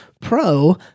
Pro